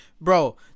Bro